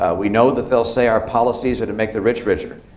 ah we know that they'll say our policies are to make the rich richer.